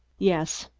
yes,